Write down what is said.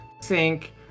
sink